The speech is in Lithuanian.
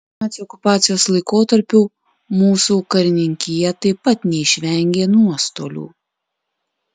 nacių okupacijos laikotarpiu mūsų karininkija taip pat neišvengė nuostolių